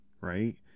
right